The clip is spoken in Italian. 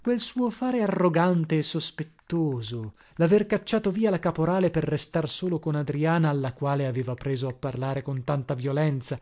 quel suo fare arrogante e sospettoso laver cacciato via la caporale per restar solo con adriana alla quale aveva preso a parlare con tanta violenza